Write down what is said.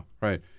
right